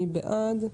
מי בעד?